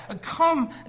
come